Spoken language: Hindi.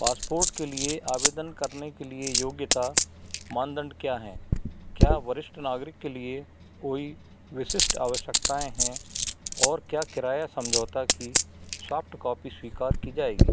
पासपोर्ट के लिए आवेदन करने के लिए योग्यता मानदंड क्या हैं क्या वरिष्ठ नागरिक के लिए कोई विशिष्ट आवश्यकताएँ हैं और क्या किराया समझौता की सॉफ्टकॉपी स्वीकार की जाएगी